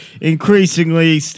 increasingly